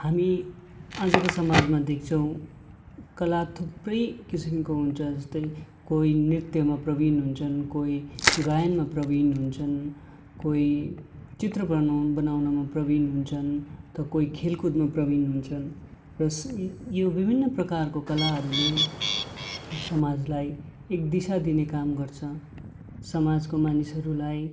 हामी आजको समाजमा देख्छौँ कला थुप्रै किसिमको हुन्छ जस्तै कोही नृत्यमा प्रवीण हुन्छन् कोही गायनमा प्रवीण हुन्छन् कोही चित्र बनाउन बनाउनमा प्रवीण हुन्छन् त कोही खेलकुदमा प्रवीण हुन्छन् र यो विभिन्न प्रकारको कलाहरूले समाजलाई एक दिशा दिने काम गर्छ समाजको मानिसहरूलाई